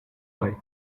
why